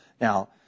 Now